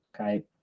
Okay